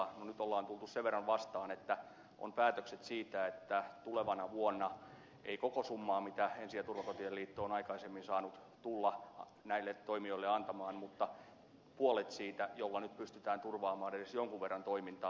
no nyt on tultu sen verran vastaan että on päätökset siitä että tulevana vuonna ei koko summaa mitä ensi ja turvakotien liitto on aikaisemmin saanut tulla näille toimijoille antamaan mutta siitä puolet jolla nyt pystytään turvaamaan edes jonkun verran toimintaa